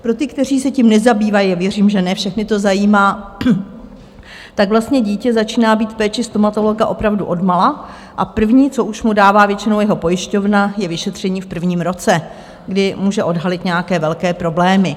Pro ty, kteří se tím nezabývají a věřím, že ne všechny to zajímá tak vlastně dítě začíná být v péči stomatologa opravdu odmala a první, co už mu dává většinou jeho pojišťovna, je vyšetření v prvním roce, kdy může odhalit nějaké velké problémy.